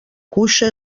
cuixa